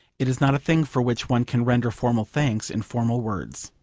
it is not a thing for which one can render formal thanks in formal words.